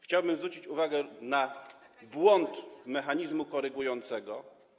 Chciałbym zwrócić uwagę na błąd mechanizmu korygującego.